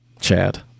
Chad